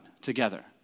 together